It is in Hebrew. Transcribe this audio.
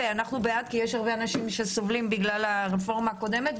ואנחנו בעד כי יש הרבה אנשים שסובלים בגלל הרפורמה הקודמת.